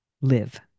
live